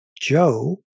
Joe